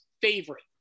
favorite